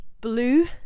blue